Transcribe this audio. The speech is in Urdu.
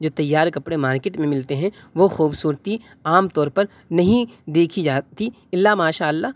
جو تیار کپڑے مارکیٹ میں ملتے ہیں وہ خوبصورتی عام طور پر نہیں دیکھی جاتی الا ماشاء اللہ